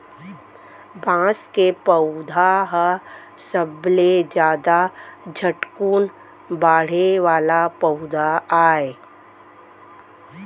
बांस के पउधा ह सबले जादा झटकुन बाड़हे वाला पउधा आय